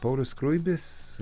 paulius skruibis